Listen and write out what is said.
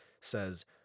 says